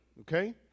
okay